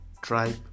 tribe